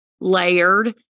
layered